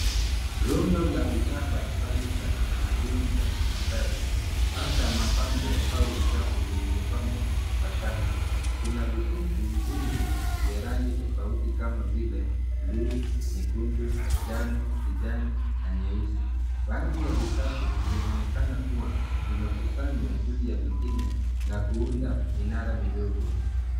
Rundo la bidhaa mbali mbali za kitamaduni za kimaasai hasa mapambo au vikapu vilivyopambwa kwa shanga. Kuna vikuku vingi vya rangi tofauti kama vile blue , nyekundu, njano, kijani na nyeusi. Baadhi ya vikapu vinaonekana kuwa vimekusanywa juu ya vingine na kuunda minara midogo.